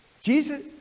Jesus